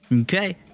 Okay